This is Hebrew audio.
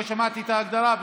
לא שמעתי את ההגדרה,